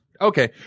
Okay